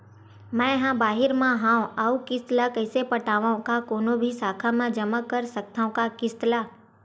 मैं हा बाहिर मा हाव आऊ किस्त ला कइसे पटावव, का कोनो भी शाखा मा जमा कर सकथव का किस्त ला?